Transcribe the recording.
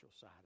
side